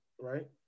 Right